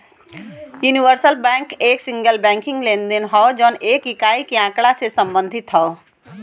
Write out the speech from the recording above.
universal bank एक single banking लेनदेन हौ जौन एक इकाई के आँकड़ा से संबंधित हौ